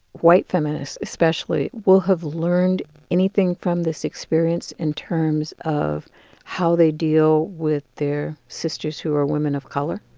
white feminists especially will have learned anything from this experience in terms of how they deal with their sisters who are women of color?